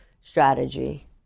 strategy